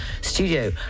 studio